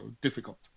difficult